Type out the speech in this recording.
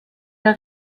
der